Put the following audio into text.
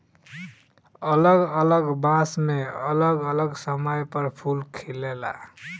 अलग अलग बांस मे अलग अलग समय पर फूल खिलेला